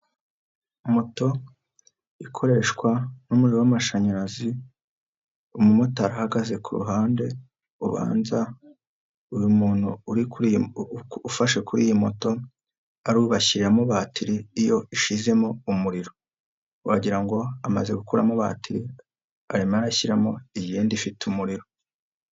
Moto ikoreshwa n'umuriro w'amashanyarazi, umumotari ahagaze ku ruhande, ubanza uyu muntu ufashe kuri iyi moto ari ubashyiraramo batiri, iyo ishizemo umuriro. Wagirango amaze gukuramo batiri arashyiramo iyindi ifite umuriro.